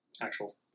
actual